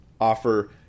offer